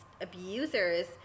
abusers